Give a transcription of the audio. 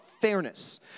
fairness